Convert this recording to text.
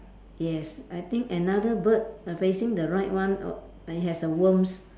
yes I think another bird uh facing the right one uh it has a worms